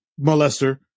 molester